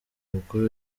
umukuru